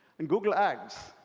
and google ads,